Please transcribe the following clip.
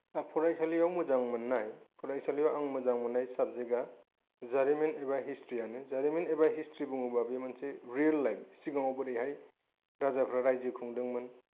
फरायसालियाव मोजां मोननाय फरायसालियाव आं मोजां मोननाय साबजेकया जारिमिन एबा हिसथ्रियानो जारिमिन एबा हिसथ्रि बुङोबा बे मोनसे रियेल लायफ सिगांयाव बोरैहाय राजाफोरा रायजो खुंदोंमोन